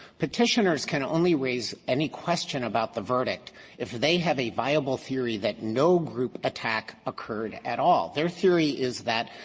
petitioners can only raise any question about the verdict if they have a viable theory that no group attack occurred at all. their theory is that,